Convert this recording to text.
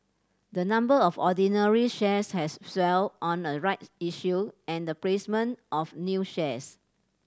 the number of ordinary shares has swelled on a right issue and the placement of new shares